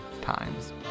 times